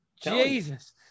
Jesus